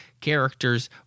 character's